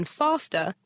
faster